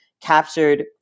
captured